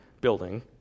building